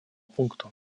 пункту